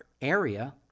area